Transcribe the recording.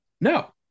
No